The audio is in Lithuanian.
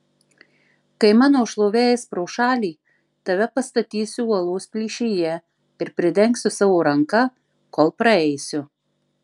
kai mano šlovė eis pro šalį tave pastatysiu uolos plyšyje ir pridengsiu savo ranka kol praeisiu